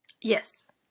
Yes